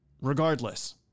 Regardless